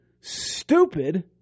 stupid